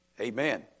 Amen